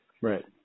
Right